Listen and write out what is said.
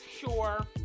Sure